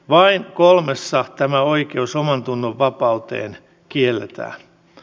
vain kolmessa tämä oikeus omantunnonvapauteen kielletään